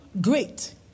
great